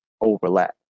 overlap